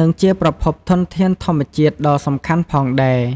និងជាប្រភពធនធានធម្មជាតិដ៏សំខាន់ផងដែរ។